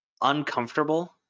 uncomfortable